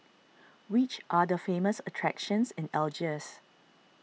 which are the famous attractions in Algiers